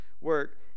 work